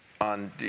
on